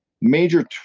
major